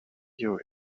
you